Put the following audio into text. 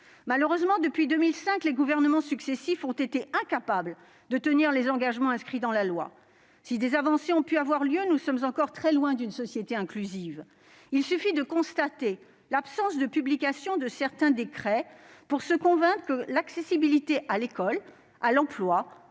Malheureusement, depuis 2005, les gouvernements successifs ont été incapables de tenir les engagements inscrits dans la loi. Si des avancées ont pu avoir lieu, nous sommes encore très loin d'une société inclusive. Il suffit de constater l'absence de publication de certains décrets pour se convaincre que l'accessibilité à l'école, à l'emploi